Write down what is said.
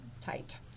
tight